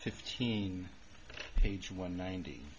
fifteen page one ninety